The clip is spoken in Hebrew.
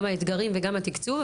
גם האתגרים וגם התקצוב,